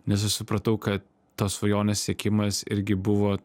nes aš supratau kad tos svajonės siekimas irgi buvo